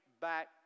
back